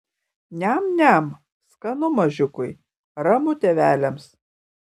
niam niam skanu mažiukui ramu tėveliams